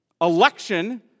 Election